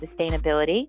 sustainability